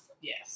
Yes